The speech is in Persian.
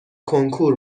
کنکور